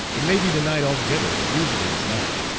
it may be denied altogether, but usually is not,